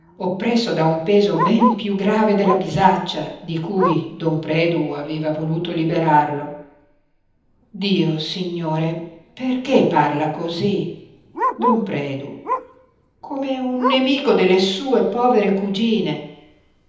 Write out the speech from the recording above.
ansava oppresso da un peso ben piú grave della bisaccia di cui don predu aveva voluto liberarlo dio signore perché parla cosí don predu come un nemico delle sue povere cugine